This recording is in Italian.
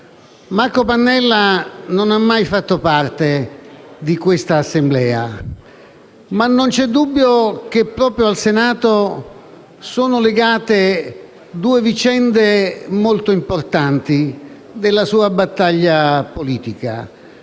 Marco Pannella non ha mai fatto parte di questa Assemblea, ma non c'è dubbio che proprio al Senato sono legate due vicende molto importanti della sua battaglia politica,